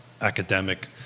academic